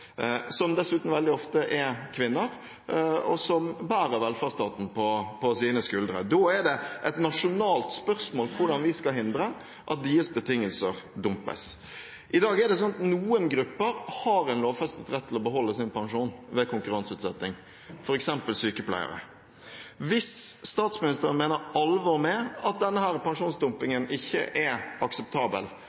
som dessuten veldig ofte er kvinner, og som bærer velferdsstaten på sine skuldre. Da er det et nasjonalt spørsmål hvordan vi skal hindre at deres betingelser dumpes. I dag er det sånn at noen grupper har en lovfestet rett til å beholde sin pensjon ved konkurranseutsetting, f.eks. sykepleiere. Hvis statsministeren mener alvor med at denne pensjonsdumpingen ikke er akseptabel,